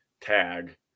tag